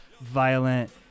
violent